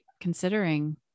Considering